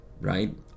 right